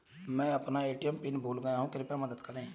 मैं अपना ATM pin भूल गया हूँ कृपया मदद करें